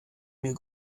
mir